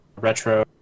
Retro